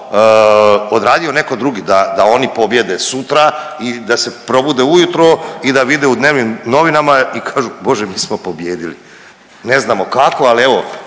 odradio neko drugi da oni pobjede sutra i da se probude ujutro i da vide u denim novinama i kažu bože mi smo pobijedili, ne znamo kako ali evo